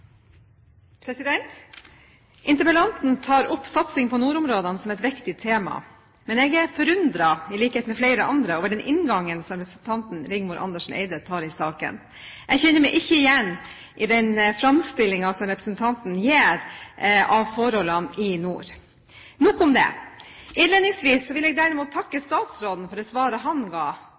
Interpellanten tar opp satsing på nordområdene som et viktig tema, men jeg er, i likhet med flere andre, forundret over den inngangen Rigmor Andersen Eide har i saken. Jeg kjenner meg ikke igjen i den framstillingen som representanten gir av forholdene i nord. Nok om det. Innledningsvis vil jeg derimot takke statsråden for svaret han ga,